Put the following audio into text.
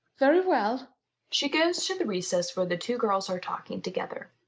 very well she goes to the recess where the two girls are talking together.